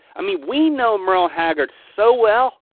i mean we know merle haggard so well